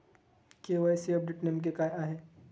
KYC update नेमके काय आहे?